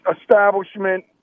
establishment